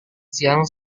siang